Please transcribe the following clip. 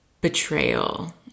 betrayal